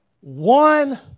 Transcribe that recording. one